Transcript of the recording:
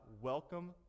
welcome